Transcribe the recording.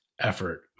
effort